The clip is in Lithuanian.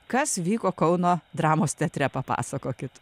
kas vyko kauno dramos teatre papasakokit